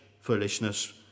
foolishness